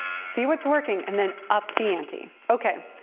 see what's working, and then up the ante! okay.